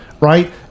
Right